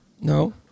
No